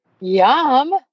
Yum